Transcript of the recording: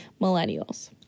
millennials